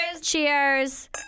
Cheers